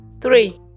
three